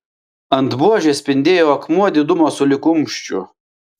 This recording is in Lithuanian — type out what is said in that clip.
ant buožės spindėjo akmuo didumo sulig kumščiu